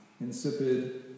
insipid